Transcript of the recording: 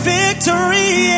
victory